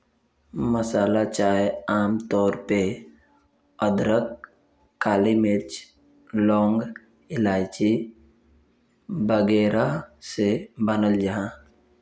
मसाला चाय आम तौर पे अदरक, काली मिर्च, लौंग, इलाइची वगैरह से बनाल जाहा